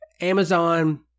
Amazon